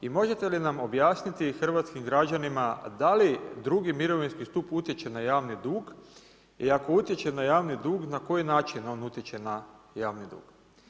I možete li nam objasniti hrvatskim građanima da li drugi mirovinski stup utječe na javni dug i ako utječe na javni dug na koji način on utječe na javni dug?